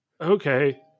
Okay